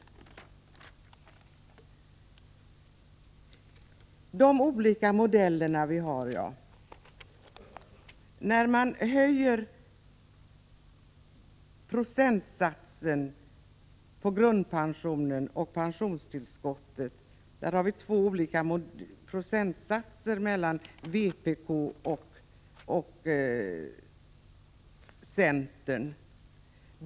När det gäller att höja procentsatsen på grundpensionen och pensionstillskottet har två olika procentsatser förts fram av vpk resp. centern.